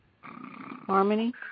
harmony